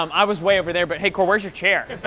um i was way over there, but hey, cor, where's your chair? ah